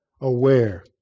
aware